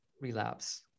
relapse